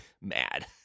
mad